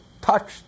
touched